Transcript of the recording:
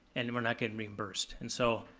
and we're not getting reimbursed. and so,